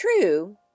True